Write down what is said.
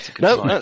No